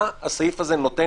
מה הסעיף הזה נותן?